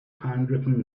handwritten